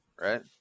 right